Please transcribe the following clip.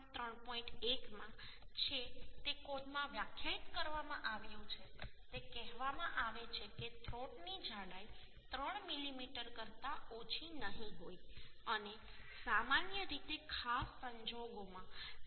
1 માં છે તે કોડમાં વ્યાખ્યાયિત કરવામાં આવ્યું છે તે કહેવામાં આવે છે કે થ્રોટની જાડાઈ 3 મીમી કરતાં ઓછી નહીં હોય અને સામાન્ય રીતે ખાસ સંજોગોમાં 0